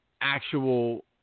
actual